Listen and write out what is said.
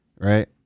Right